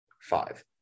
five